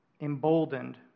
emboldened